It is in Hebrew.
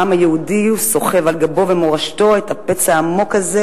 העם היהודי סוחב על גבו ומורשתו את הפצע העמוק הזה,